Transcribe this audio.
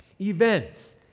Events